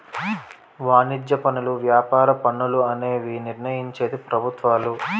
వాణిజ్య పనులు వ్యాపార పన్నులు అనేవి నిర్ణయించేది ప్రభుత్వాలు